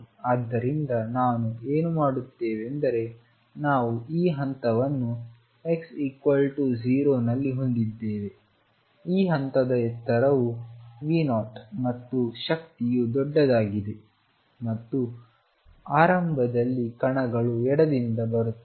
ಆದ್ದರಿಂದ ನಾವು ಏನು ಮಾಡುತ್ತಿದ್ದೇವೆಂದರೆ ನಾವು ಈ ಹಂತವನ್ನು x 0 ನಲ್ಲಿ ಹೊಂದಿದ್ದೇವೆ ಈ ಹಂತದ ಎತ್ತರವು V0 ಮತ್ತು ಶಕ್ತಿಯು ದೊಡ್ಡದಾಗಿದೆ ಮತ್ತು ಆರಂಭದಲ್ಲಿ ಕಣಗಳು ಎಡದಿಂದ ಬರುತ್ತಿವೆ